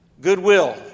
goodwill